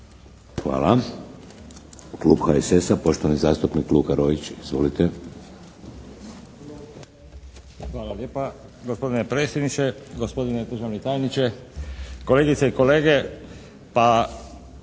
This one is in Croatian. Hvala. Klub HSS-a, poštovani zastupnik Luka Roić. Izvolite. **Roić, Luka (HSS)** Hvala lijepa gospodine predsjedniče. Gospodine državni tajniče, kolegice i kolege.